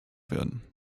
werden